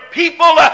people